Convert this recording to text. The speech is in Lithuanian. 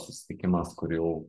susitikimas kur jau